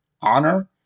Honor